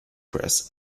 press